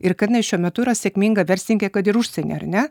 ir kad jinai šiuo metu yra sėkminga verslininkė kad ir užsieny ar ne